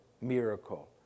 miracle